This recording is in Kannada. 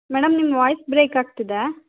ಮೇಡಮ್ ನಿಮ್ಮ ವಾಯ್ಸ್ ಬ್ರೇಕ್ ಆಗ್ತಿದೆ